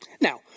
Now